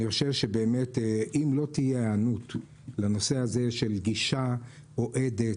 אם לא תהיה היענות לנושא של גישה אוהדת,